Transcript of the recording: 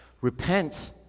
Repent